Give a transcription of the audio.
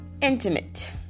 intimate